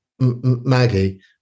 Maggie